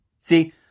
See